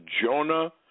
Jonah